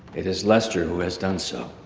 it is lester who has done so.